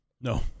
No